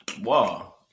Wow